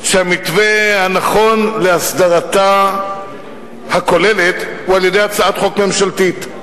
שהמתווה הנכון להסדרתה הכוללת הוא על-ידי הצעת חוק ממשלתית,